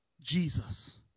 Jesus